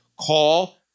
call